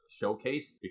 showcase